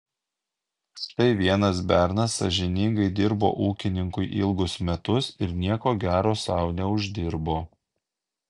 štai vienas bernas sąžiningai dirbo ūkininkui ilgus metus ir nieko gero sau neuždirbo